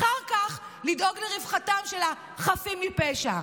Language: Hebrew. אחר כך לדאוג לרווחתם של החפים מפשע.